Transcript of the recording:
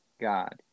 god